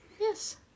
Yes